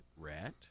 rat